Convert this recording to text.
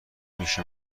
میشه